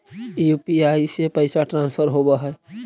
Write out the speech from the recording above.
UPI से पैसा transfer होवहै?